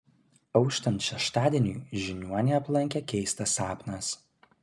auštant šeštadieniui žiniuonį aplankė keistas sapnas